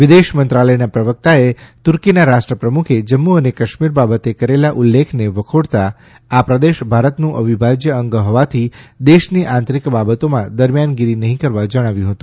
વિદેશમંત્રાલયના પ્રવક્તાએ તુર્કીના રાષ્ટ્રપ્રમુખે જમ્મુ ને કાશ્મીર બાબતે કરેલા ઉલ્લેખને વખોડ તા આ અંગ હોવાથી દેશની આંતરીક બાબતોમાં દરમ્યાનગીરી નહી કરવા જણાવ્યું છે